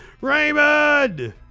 Raymond